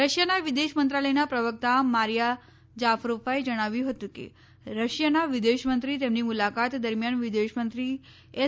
રશિયાના વિદેશ મંત્રાલયના પ્રવક્તા મારિયા જાફરોફાએ જણાવ્યું હતું કે રશિયાના વિદેશમંત્રી તેમની મુલાકાત દરમ્યાન વિદેશ મંત્રી એસ